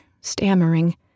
stammering